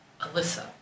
Alyssa